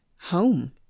home